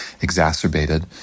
exacerbated